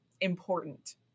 important